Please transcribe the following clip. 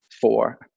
Four